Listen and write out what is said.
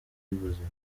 y’ubuzima